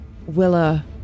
Willa